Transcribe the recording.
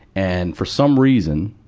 and for some reason,